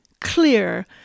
clear